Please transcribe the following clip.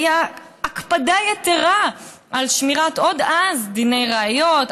עוד אז הייתה הקפדה יתרה על שמירת דיני ראיות,